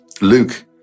Luke